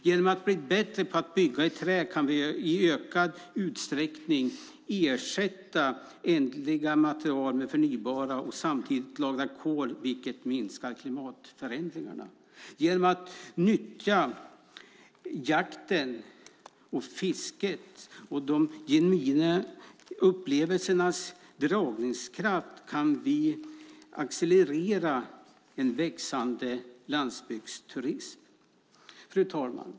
Blir vi dessutom bättre på att bygga i trä kan vi i ökad utsträckning ersätta ändliga material med förnybara och samtidigt lagra kol, vilket minskar klimatförändringarna. Genom att nyttja jakten och fisket och de genuina upplevelsernas dragningskraft kan vi accelerera en växande landsbygdsturism. Fru talman!